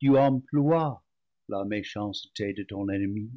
tu emploies la méchanceté de ton ennemi